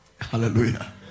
Hallelujah